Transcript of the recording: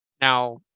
now